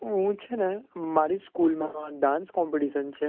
હું છે ને મારી સ્કૂલમાં ડાન્સ કોમ્પિટિશન છે